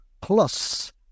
plus